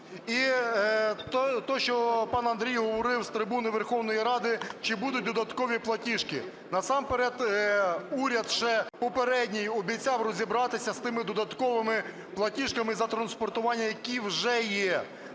І те, що пан Андрій говорив з трибуни Верховної Ради, чи будуть додаткові платіжки. Насамперед уряд ще попередній обіцяв розібратися з тими додатковими платіжками за транспортування, які вже є.